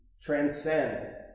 transcend